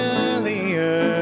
earlier